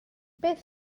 beth